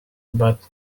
but